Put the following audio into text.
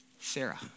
Sarah